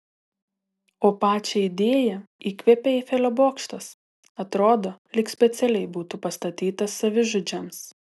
o pačią idėją įkvėpė eifelio bokštas atrodo lyg specialiai būtų pastatytas savižudžiams